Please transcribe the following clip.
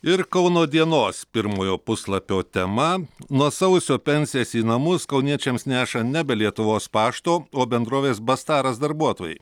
ir kauno dienos pirmojo puslapio tema nuo sausio pensijas į namus kauniečiams neša nebe lietuvos pašto o bendrovės bastaras darbuotojai